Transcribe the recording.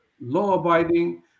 law-abiding